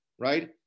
right